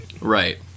Right